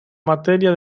materia